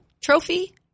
Trophy